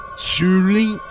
surely